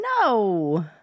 No